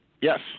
yes